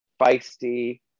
feisty